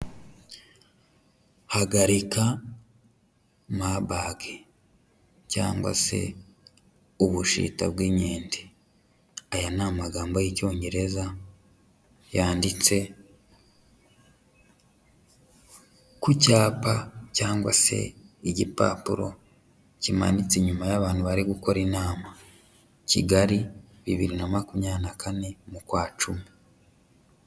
Hagarika Marburg cyangwa se Ubushita bw'inkende, aya ni amagambo y'Icyongereza yanditse ku cyapa cyangwa se igipapuro kimanitse inyuma y'abantu bari gukora inama, Kigali bibiri na makumyabiri na kane mu kwa cumi.